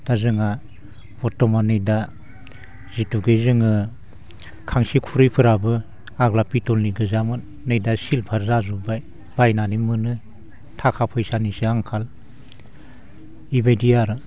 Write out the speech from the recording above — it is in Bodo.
दा जोंहा बरथमान नै दा जिथुके जोङो खांसि खुरैफोराबो आगोल पिटलनि गोजामोन नै दा सिलभार जाजोबबाय बायनानै मोनो थाखा फैसानिसो आंखाल बेबायदि आरो